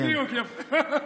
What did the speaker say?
בדיוק, יפה.